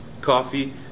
coffee